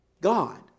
God